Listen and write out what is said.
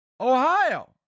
Ohio